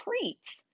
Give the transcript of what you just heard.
treats